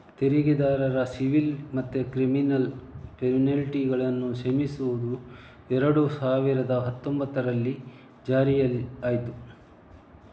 ತೆರಿಗೆದಾರರ ಸಿವಿಲ್ ಮತ್ತೆ ಕ್ರಿಮಿನಲ್ ಪೆನಲ್ಟಿಗಳನ್ನ ಕ್ಷಮಿಸುದು ಎರಡು ಸಾವಿರದ ಹತ್ತೊಂಭತ್ತರಲ್ಲಿ ಜಾರಿಯಾಯ್ತು